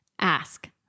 ask